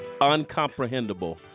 Uncomprehendable